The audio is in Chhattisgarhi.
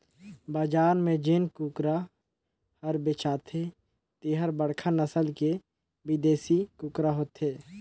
बजार में जेन कुकरा हर बेचाथे तेहर बड़खा नसल के बिदेसी कुकरा होथे